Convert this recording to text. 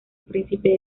príncipe